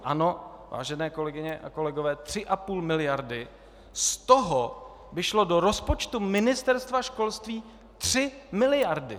Ano, vážené kolegyně a kolegové, 3,5 miliardy, z toho by šly do rozpočtu Ministerstva školství 3 miliardy.